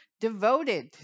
devoted